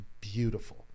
beautiful